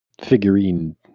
figurine